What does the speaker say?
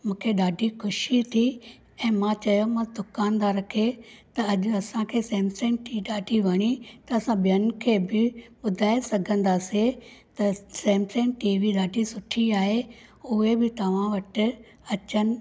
मूंखे ॾाढी ख़ुशी थी ऐं मां चयो मां दुकानदार खे त अॼु असांखे सैमसंग टी ॾाढी वणी त असां ॿियनि खे बि ॿुधाइ सघंदासीं त सैमसंग टीवी ॾाढी सुठी आहे उहे बि तव्हां वटि अचनि